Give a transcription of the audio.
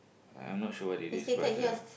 I'm not sure what it is but uh